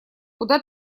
куда